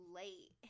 late